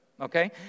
okay